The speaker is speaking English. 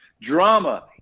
Drama